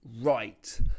right